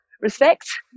respect